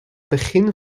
begin